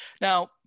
Now